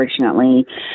unfortunately